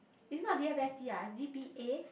is not D_M_S_T ah is D_P_A